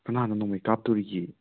ꯀꯅꯥꯅ ꯅꯣꯡꯃꯩ ꯀꯥꯞꯇꯣꯔꯤꯒꯦ